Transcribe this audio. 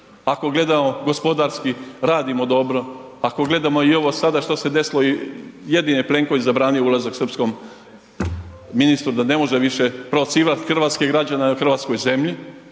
Ako gledamo gospodarski, radimo dobro, ako gledamo i ovo sada što se desilo i jedini je Plenković zabranio ulazak srpskom ministru da ne može više provocirati hrvatske građane na hrvatskoj zemlji,